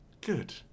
Good